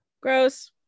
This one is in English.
Gross